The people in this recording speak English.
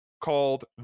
called